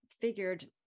figured